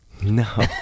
No